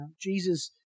Jesus